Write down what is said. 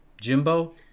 Jimbo